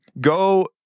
Go